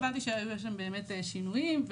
הבנתי שהיו באמת שינויים,